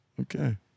Okay